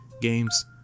games